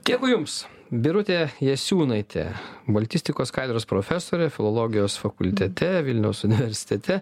dėkui jums birutė jasiūnaitė baltistikos katedros profesorė filologijos fakultete vilniaus universitete